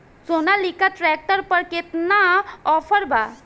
Sonalika tractor पर केतना offer बा?